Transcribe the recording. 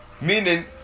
Meaning